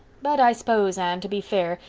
but i s'pose, anne, to be fair,